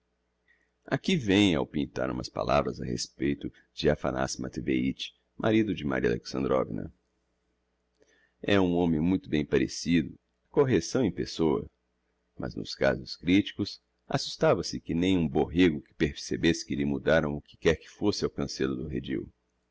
aqui vem ao pintar umas palavras a respeito de aphanassi matveich marido de maria alexandrovna é um homem muito bem parecido a correcção em pessoa mas nos casos criticos assustava-se que nem um borrêgo que percebesse que lhe mudaram o que quer que fosse ao cancêlo do redil